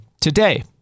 Today